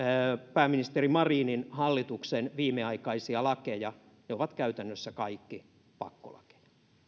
pääministeri marinin hallituksen viimeaikaisia lakeja ne ovat käytännössä kaikki pakkolakeja